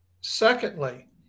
Secondly